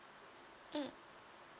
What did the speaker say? mm